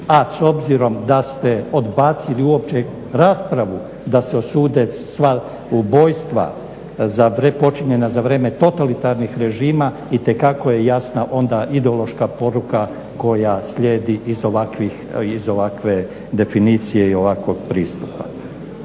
A s obzirom da ste odbacili uopće raspravu da se osude sva ubojstva počinjena za vrijeme totalitarnih režima itekako je jasna onda ideološka poruka koja slijedi iz ovakve definicije i ovakvog pristupa.